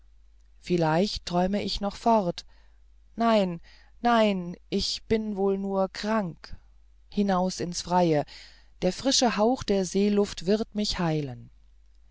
vielleicht träume ich noch fort nein nein ich bin wohl nur krank hinaus ins freie der frische hauch der seeluft wird mich heilen